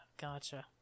gotcha